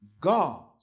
God